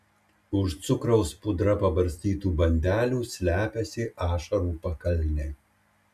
už cukraus pudra pabarstytų bandelių slepiasi ašarų pakalnė